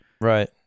Right